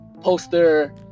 poster